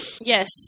Yes